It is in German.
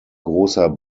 großer